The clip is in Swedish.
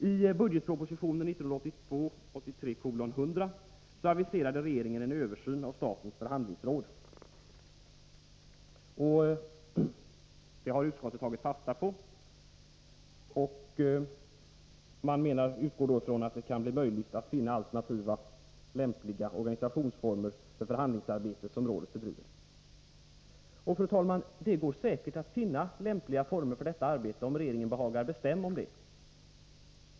I budgetpropositionen 1982/83:100 aviserade regeringen en översyn av statens förhandlingsråd. Utskottet har tagit fasta på detta, och man utgår då från att det kan bli möjligt att finna lämpliga alternativa organisationsformer för det förhandlingsarbete rådet bedriver. Fru talman! Det går säkert att finna lämpliga former för förhandlingsarbetet, om regeringen behagar bestämma om det.